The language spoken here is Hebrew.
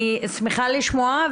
אני שמחה לשמוע.